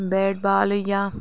बेट ball होई गेआ